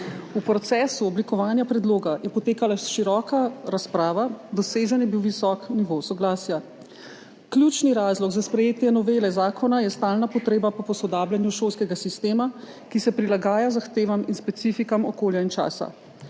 V procesu oblikovanja predloga je potekala široka razprava, dosežen je bil visok nivo soglasja. Ključni razlog za sprejetje novele zakona je stalna potreba po posodabljanju šolskega sistema, ki se prilagaja zahtevam in specifikam okolja in časa.